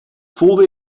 voelde